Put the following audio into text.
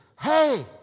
hey